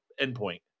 endpoint